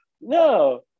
no